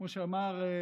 כמו שאמר היושב-ראש,